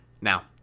Now